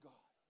God